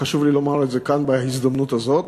וחשוב לי לומר את זה כאן, בהזדמנות הזאת.